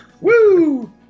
Woo